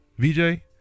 VJ